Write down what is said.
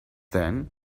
then